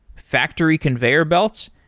factory conveyor belts.